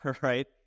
right